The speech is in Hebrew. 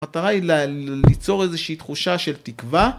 המטרה היא ל.. אה.. ליצור איזושהי תחושה של תקווה